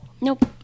Nope